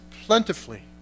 plentifully